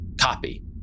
copy